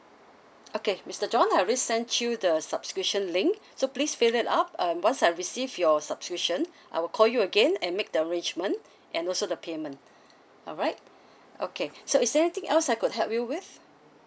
okay mister john I will send you the subscription link so please fill it up um once I've received your subscription I will call you again and make the arrangement and also the payment alright okay so is there anything else I could help you with